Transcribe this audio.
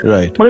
Right